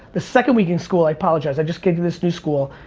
the second week in school, i apologize, i'd just came to this new school.